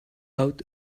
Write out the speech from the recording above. out